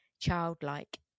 childlike